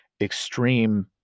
extreme